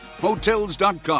Hotels.com